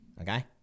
Okay